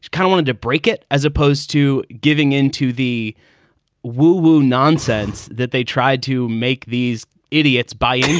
kind wanted to break it as opposed to giving into the woo-woo non-sense that they tried to make these idiots buy into.